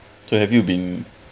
so have you been